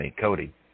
Cody